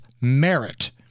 merit